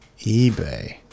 eBay